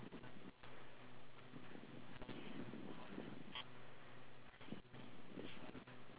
but then again if we take something of really high levels of sugar then